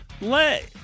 Let